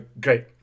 Great